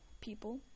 people